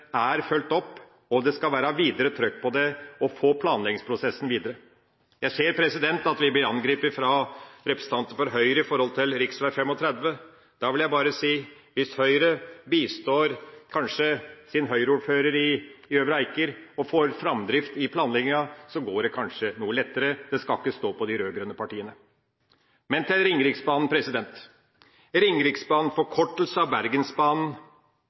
er fulgt opp, og det skal være videre trykk på dem for å få planleggingsprosessen videre. Jeg ser at vi blir angrepet av representantene fra Høyre med tanke på rv. 35. Da vil jeg bare si: Hvis Høyre kanskje bistår sin Høyre-ordfører i Øvre Eiker og får framdrift i planlegginga, går det kanskje noe lettere. Det skal ikke stå på de rød-grønne partiene. Så til Ringeriksbanen: Ringeriksbanen, forkortelse av Bergensbanen,